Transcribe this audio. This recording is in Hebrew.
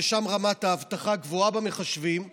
ששם רמת האבטחה במחשבים גבוהה,